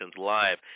Live